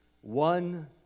One